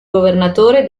governatore